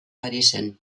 parisen